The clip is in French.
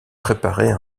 préparer